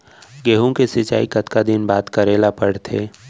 गेहूँ के सिंचाई कतका दिन बाद करे ला पड़थे?